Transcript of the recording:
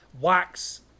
Wax